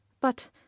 But